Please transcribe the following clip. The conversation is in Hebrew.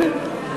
(קוראת בשמות חברי הכנסת)